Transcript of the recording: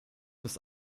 des